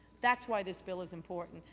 that's why this bill is important.